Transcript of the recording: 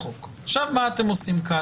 ומה אתם בעצם עושים כאן?